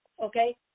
okay